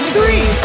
Three